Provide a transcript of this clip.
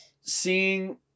seeing